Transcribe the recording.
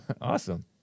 Awesome